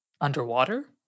Underwater